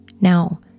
Now